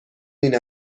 این